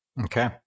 Okay